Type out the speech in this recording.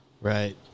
Right